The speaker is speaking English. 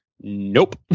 nope